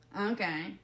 okay